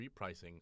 repricing